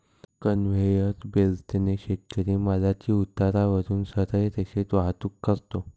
conveyor बेल्टने शेतकरी मालाची उतारावरून सरळ रेषेत वाहतूक करतो